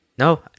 No